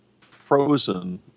frozen